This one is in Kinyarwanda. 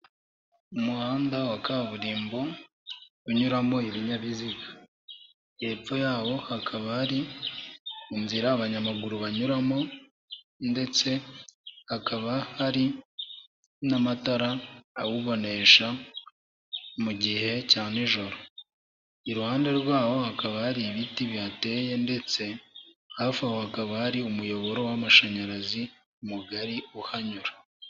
Umuhanda wa kaburimbo unyuramo ibinyabiziga, hepfo yawo hakaba hari inzira abanyamaguru banyuramo ndetse hakaba hari n'amatara awubonesha mu gihe cya nijoro. Iruhande rwawo hakaba hari ibiti bihateye ndetse hafi aho hakaba hari umuyoboro w'amashanyarazi mugari uhanyura.